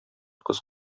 кыз